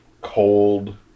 cold